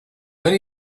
then